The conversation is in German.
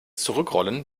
zurückrollen